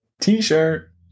T-shirt